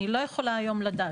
אני לא יכולה היום לדעת.